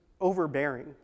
overbearing